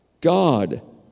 God